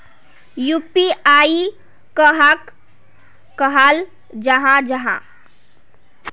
UPI कहाक कहाल जाहा जाहा?